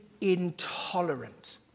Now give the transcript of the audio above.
intolerant